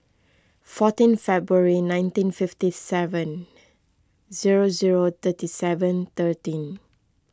fourteen February nineteen fifty seven zero zero thirty seven thirteen